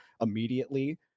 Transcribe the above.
immediately